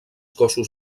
cossos